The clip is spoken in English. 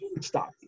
stop